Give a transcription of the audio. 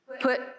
put